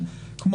שלום לכולם,